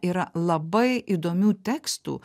yra labai įdomių tekstų